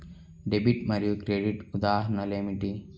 Debit మరియు credit ఉదాహరణలు ఏమిటీ?